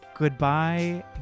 Goodbye